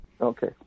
Okay